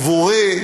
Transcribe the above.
עבורי,